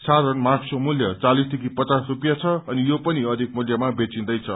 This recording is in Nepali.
साधारण मास्कको मूल्य चालिसदेखि पचास रूपियाँ छ अनि यो पनि अधिक मूल्यमा बेचिंदैछ